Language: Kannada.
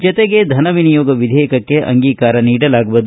ಜತೆಗೆ ಧನವಿನಿಯೋಗ ವಿಧೇಯಕಕ್ಕೆ ಅಂಗೀಕಾರ ನೀಡಲಾಗುವುದು